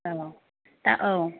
औ दा औ